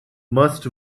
must